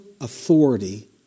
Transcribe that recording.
authority